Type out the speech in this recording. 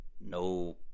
no